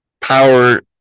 power